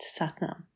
Satnam